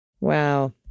Wow